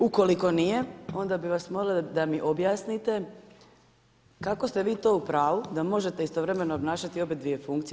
Ukoliko nije, onda bih vas molila da mi objasnite kako ste vi to u pravu, da možete istovremeno obnašati obadvije funkcije?